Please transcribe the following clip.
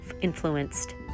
influenced